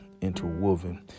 interwoven